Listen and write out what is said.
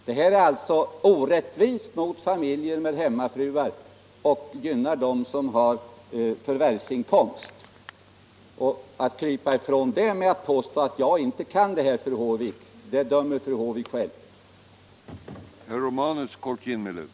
Det här är orättvist mot familjer med hemmafruar och gynnar dem som har förvärvsinkomst. När fru Håvik försöker krypa ifrån det med att påstå att jag inte kan denna fråga dömer hon sig själv.